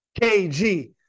KG